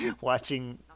watching